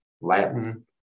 Latin